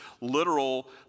literal